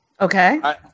Okay